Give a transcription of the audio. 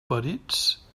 perits